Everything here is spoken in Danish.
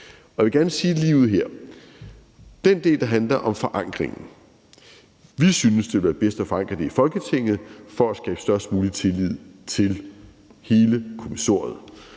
i. Jeg vil gerne sige noget ligeud her om den del, der handler om forankringen: Vi synes, det ville være bedst at forankre det i Folketinget for at skabe størst mulig tillid til hele kommissoriet,